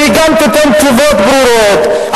והיא גם תיתן תשובות ברורות.